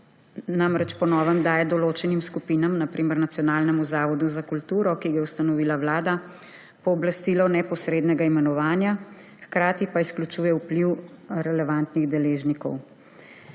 namreč po novem daje določenim skupinam, na primer Nacionalnemu zavodu za kulturo, ki ga je ustanovila vlada, pooblastilo neposrednega imenovanja, hkrati pa izključuje vpliv relevantnih deležnikov.